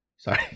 Sorry